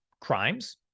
crimes